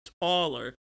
taller